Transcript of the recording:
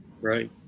Right